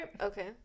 Okay